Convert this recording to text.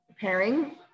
pairing